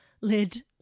lid